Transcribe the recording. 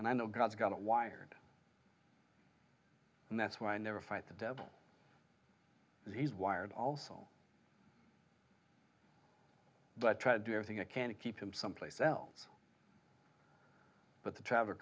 and i know god's got it wired and that's why i never fight the devil as he is wired also but try to do everything i can to keep him someplace else but the traveler